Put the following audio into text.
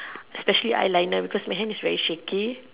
especially eyeliner because my hand is very shaky